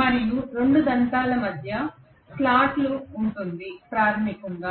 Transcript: మరియు రెండు దంతాల మధ్య స్లాట్ ఉంటుంది ప్రాథమికంగా